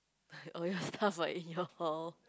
oh ya sounds like in your hall